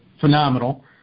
phenomenal